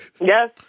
Yes